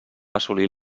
assolir